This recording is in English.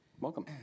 Welcome